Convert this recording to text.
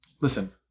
listen